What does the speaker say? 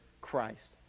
Christ